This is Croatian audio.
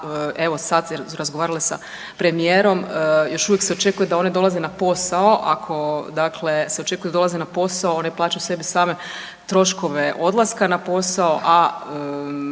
evo sad su razgovarale sa premijerom, još uvijek se očekuje da one dolaze na posao, ako se očekuje da one dolaze na posao one plaćaju sebi same troškove odlaska na posao